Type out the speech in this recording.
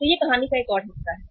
तो यह कहानी का एक और हिस्सा है